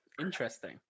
Interesting